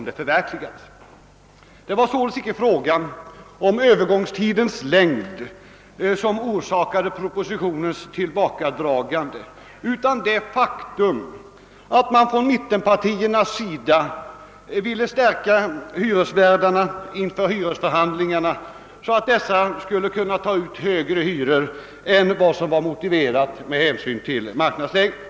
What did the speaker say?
Det var således icke frågan om övergångstidens längd, som förorsakade propositionens tillbakadragande, utan det faktum att mittenpartierna inför hyresförhandlingarna ville stärka hyresvärdarnas situation, så att dessa skulle kunna ta ut högre hyror än vad som var motiverat med hänsyn till marknadsläget.